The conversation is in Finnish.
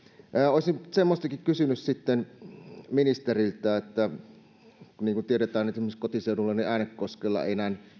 olisin sitten semmoistakin kysynyt ministeriltä että kun tiedetään että esimerkiksi kotiseudullani äänekoskella ei